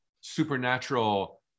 supernatural